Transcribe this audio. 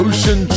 Ocean